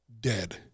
dead